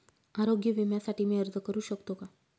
आरोग्य विम्यासाठी मी अर्ज करु शकतो का?